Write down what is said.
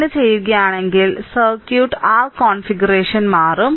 അങ്ങനെ ചെയ്യുകയാണെങ്കിൽ circuit r configuration മാറും